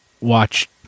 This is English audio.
watch